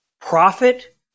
profit